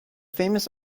famous